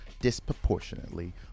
disproportionately